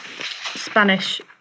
Spanish